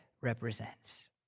represents